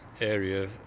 area